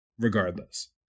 Regardless